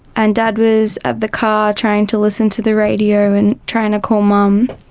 and dad was at the car trying to listen to the radio and trying to call mum